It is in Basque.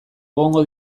egongo